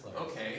Okay